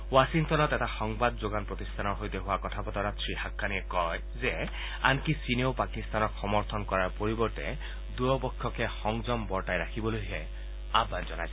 ৱাশ্বিংটনত এটা সংবাদ যোগান প্ৰতিষ্ঠানৰ সৈতে হোৱা কথা বতৰাত শ্ৰীহাক্ৱানীয়ে কয় যে আনকি চীনেও পাকিস্তানক সমৰ্থন কৰাৰ পৰিৱৰ্তে দয়োপক্ষকে সংযম বৰ্তাই ৰাখিবলৈহে আহ্বান জনাইছে